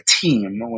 team